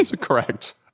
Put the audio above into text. correct